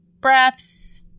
breaths